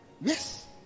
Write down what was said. yes